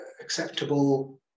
acceptable